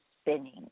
spinning